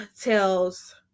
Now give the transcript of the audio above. tells